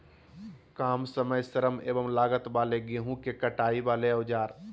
काम समय श्रम एवं लागत वाले गेहूं के कटाई वाले औजार?